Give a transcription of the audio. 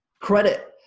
credit